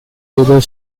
either